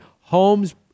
homes